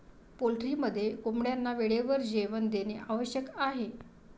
पोल्ट्रीमध्ये कोंबड्यांना वेळेवर जेवण देणे आवश्यक आहे